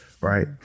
right